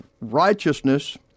righteousness